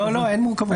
לא, לא, אין מורכבות.